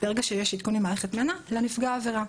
ברגע שיש עדכון ממערכת מנ"ע לנפגע העבירה.